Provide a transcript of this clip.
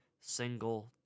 single